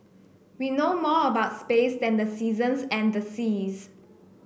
we know more about space than the seasons and the seas